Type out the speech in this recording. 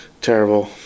Terrible